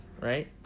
right